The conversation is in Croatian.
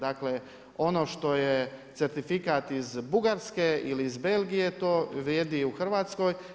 Dakle ono što je certifikat iz Bugarske ili iz Belgije, to vrijedi i u Hrvatskoj.